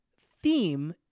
theme